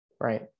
Right